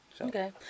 Okay